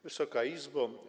Wysoka Izbo!